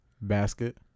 Basket